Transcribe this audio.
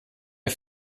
wir